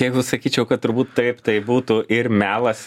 jeigu sakyčiau kad turbūt taip tai būtų ir melas